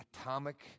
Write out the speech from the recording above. atomic